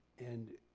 and